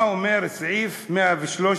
מה אומר תיקון סעיף 113?